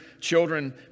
children